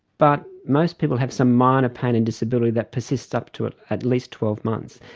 but most people have some minor pain and disability that persists up to at at least twelve months.